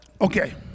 Okay